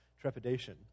trepidation